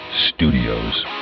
Studios